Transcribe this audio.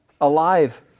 alive